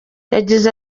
yagize